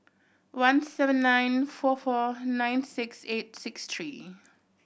one seven nine four four nine six eight six three